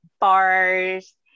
bars